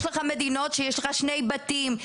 יש מדינות שיש שני בתים,